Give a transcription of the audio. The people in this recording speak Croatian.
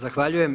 Zahvaljujem.